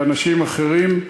ואנשים אחרים.